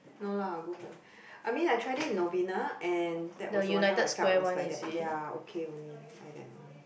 no lah I'll go for it I mean I tried it in Nobina and that was one time I felt was like that ya okay only like that only